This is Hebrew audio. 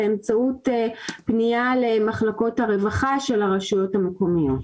באמצעות פנייה למחלקות הרווחה של הרשויות המקומיות.